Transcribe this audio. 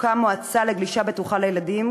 תוקם מועצה לגלישה בטוחה לילדים,